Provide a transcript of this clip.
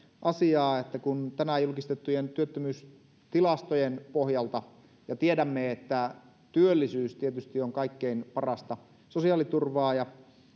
asiaa että kun tänään julkistettujen työttömyystilastojen pohjalta ja tiedämme että työllisyys tietysti on kaikkein parasta sosiaaliturvaa ja